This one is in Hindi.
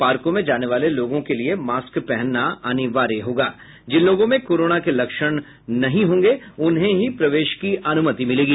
पार्कों में जाने वाले लोगों के लिए मास्क पहनना अनिवार्य होगा जिन लोगों में कोरोना का लक्षण नहीं होंगे उन्हें ही प्रवेश की अनुमति मिलेगी